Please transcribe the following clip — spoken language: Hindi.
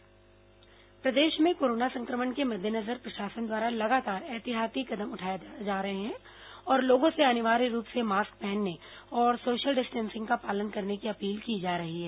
कोरोना मास्क जुर्माना प्रदेश में कोरोना संक्रमण के मद्देनजर प्रशासन द्वारा लगातार ऐहतियाती कदम उठाए जा रहे हैं और लोगों से अनिवार्य रूप से मास्क पहनने और सोशल डिस्टेंसिंग का पालन करने की अपील की जा रही है